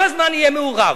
כל הזמן יהיה מעורב,